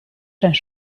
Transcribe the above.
zijn